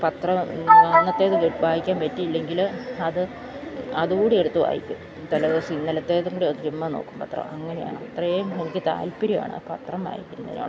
പത്രം അന്നത്തേത് വായിക്കാൻ പറ്റിയില്ലെങ്കില് അത് അതുകൂടെ എടുത്ത് വായിക്കും തലേദിവസം ഇന്നലത്തേത് കൂടെ ചുമ്മാ നോക്കും പത്രം അങ്ങനെയാണ് ഇത്രയും എനിക്ക് താല്പര്യമാണ് പത്രം വായിക്കുന്നതിനോട്